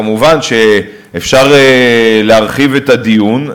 כמובן שאפשר להרחיב את הדיון,